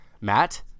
Matt